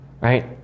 Right